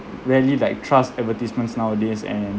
rarely like trust advertisements nowadays and